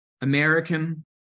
American